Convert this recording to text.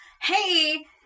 Hey